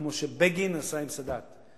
כמו שבגין עשה עם סאדאת.